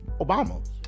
Obama